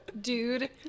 Dude